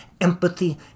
empathy